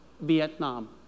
Vietnam